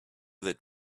that